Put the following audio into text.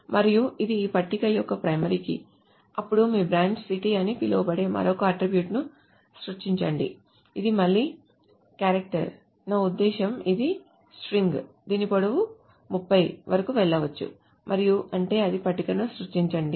మరియు ఇది ఈ పట్టిక యొక్క ప్రైమరీ కీ అప్పుడు మీరు బ్రాంచ్ సిటీ అని పిలువబడే మరొక అట్ట్రిబ్యూట్ ను సృష్టించండి ఇది మళ్ళీ క్యారెక్టర్ నా ఉద్దేశ్యం ఇది స్ట్రింగ్ దీని పొడవు 30 వరకు వెళ్ళవచ్చు మరియు అంటే అది పట్టికను సృష్టించండి గురించి